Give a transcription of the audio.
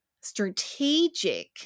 strategic